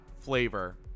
flavor